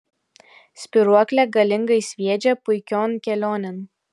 spyruoklė galingai sviedžia puikion kelionėn